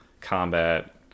combat